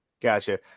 Gotcha